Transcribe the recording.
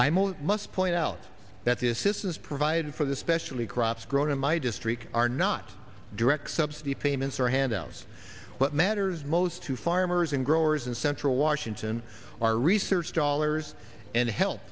imo must point out that the assistance provided for the specially crops grown in my district are not direct subsidy payments or handouts what matters most to farmers and growers in central washington are research dollars and help